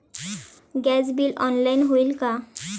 Gas bill online होईल का?